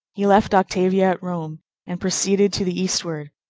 he left octavia at rome and proceeded to the eastward,